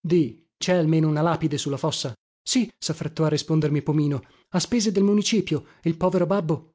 di cè almeno una lapide su la fossa sì saffrettò a rispondermi pomino a spese del municipio il povero babbo